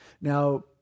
Now